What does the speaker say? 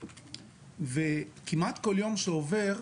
וכמעט כול יום שעובר,